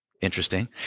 Interesting